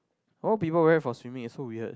why would people wear it for swimming it's so weird